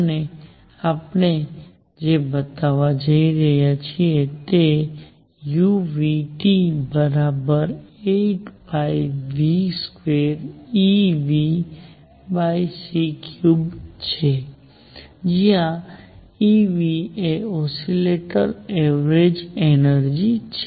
અને આપણે જે બતાવવા જોઈ રહ્યા છીએ તે કેu 8π2Eνc3છે જ્યાં Eν એ ઓસિલેટરની એવરેજ એનર્જી છે